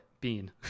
bean